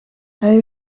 hij